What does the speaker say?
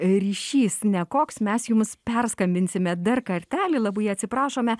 ryšys nekoks mes jums perskambinsime dar kartelį labai atsiprašome